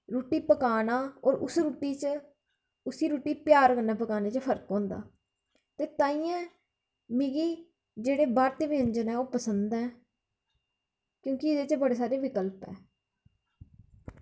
रुट्टी पकाना होर उस्सी रुट्टी च उस्सी रुट्टी गी प्यार च पकानै च फर्क होंदा ते ताहियें मिगी जेह्ड़े भारती व्यंजन ऐ ओह् पसंद ऐ क्योंकि एह्दे च बड़े सारे विकल्प ऐ